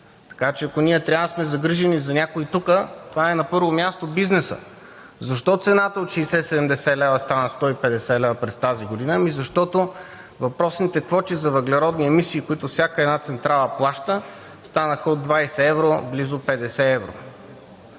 Така че, ако ние трябва да сме загрижени за някой тук, това е, на първо място, бизнесът. Защо цената от 60 – 70 лв. стана 150 лв. през тази година? Ами, защото въпросните квоти за въглеродни емисии, които всяка една централа плаща, станаха от 20 евро – близо 50 евро.